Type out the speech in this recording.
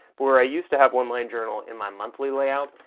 where i used to have one line journal in my monthly layout,